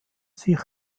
sich